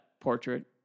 portrait